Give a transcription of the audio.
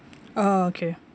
oh okay